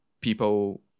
people